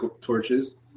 torches